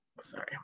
sorry